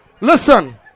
listen